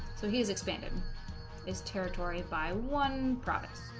so he's expanded its territory by one promise